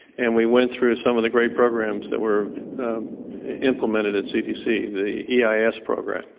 and we went through some of the great programs that were implemented at cdc the eis program,